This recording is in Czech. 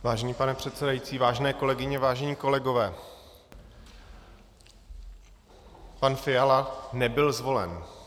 Vážený pane předsedající, vážené kolegyně, vážení kolegové, pan Fiala nebyl zvolen.